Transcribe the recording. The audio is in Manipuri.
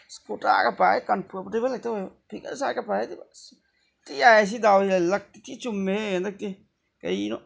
ꯑꯁ ꯀꯨꯔꯇꯥꯒ ꯄꯥꯔꯦ ꯀꯝꯐꯣꯔꯇꯦꯕꯜ ꯍꯦꯛꯇ ꯑꯣꯏꯕ ꯐꯤꯒꯔ ꯁꯥꯔꯠꯀ ꯄꯥꯔꯦ ꯑꯁ ꯊꯤ ꯌꯥꯏꯌꯦ ꯁꯤ ꯗꯥꯎꯁꯦ ꯂꯛꯇꯤ ꯊꯤ ꯆꯨꯝꯃꯦꯍꯦ ꯍꯟꯗꯛꯇꯤ ꯀꯔꯤꯅꯣ